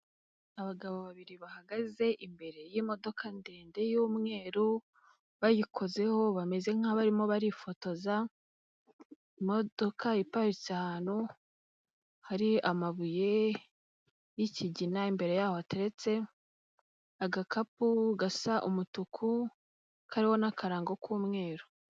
Abagabo babiri bahagaze imbere y'imodoka ndende y'umweru bayikozeho bameze nk'abarimo barifotoza, imodoka iparitse ahantu hari amabuye y'ikigina, imbere y'aho hateretse agakapu gasa umutuku kariho n'akarango k'umweru.